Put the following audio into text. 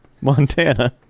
Montana